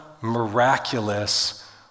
miraculous